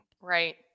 Right